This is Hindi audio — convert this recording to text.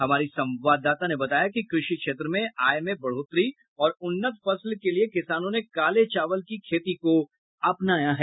हमारी संवाददाता ने बताया कि कृषि क्षेत्र में आय में बढोतरी और उन्नत फसल के लिए किसानों ने काले चावल की खेती को अपनाया है